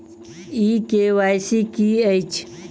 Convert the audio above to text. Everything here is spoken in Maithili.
ई के.वाई.सी की अछि?